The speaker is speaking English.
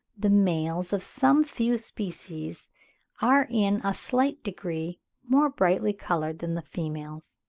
the males of some few species are in a slight degree more brightly coloured than the females.